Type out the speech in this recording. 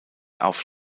auf